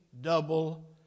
double